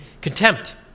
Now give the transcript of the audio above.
contempt